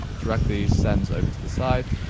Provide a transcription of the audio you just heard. directly sends over to the side.